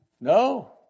No